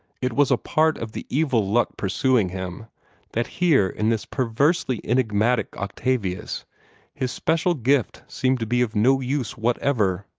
it was a part of the evil luck pursuing him that here in this perversely enigmatic octavius his special gift seemed to be of no use whatever.